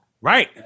Right